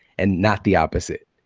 and not the opposite,